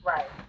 Right